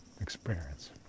experience